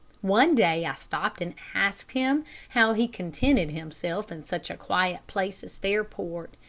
one day i stopped and asked him how he contented himself in such a quiet place as fairport,